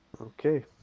Okay